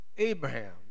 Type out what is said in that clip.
Abraham